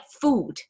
food